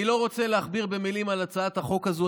אני לא רוצה להכביר במילים על הצעת החוק הזו,